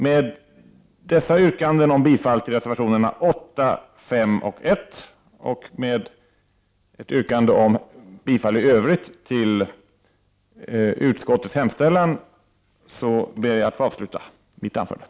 Med dessa yrkanden om bifall till reservationerna 8, 5 och 1 och med ett yrkande om bifall i övrigt till utskottets hemställan avslutar jag mitt anförande.